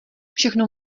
všechno